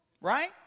right